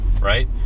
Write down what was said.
right